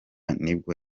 nibwo